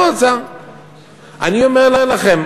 אני אומר לכם,